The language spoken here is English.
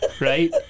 right